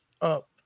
up